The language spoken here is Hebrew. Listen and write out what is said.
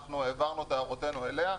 אנחנו העברנו את הערותינו אליה.